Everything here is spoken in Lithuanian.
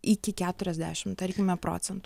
iki keturiasdešim tarkime procentų